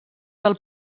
del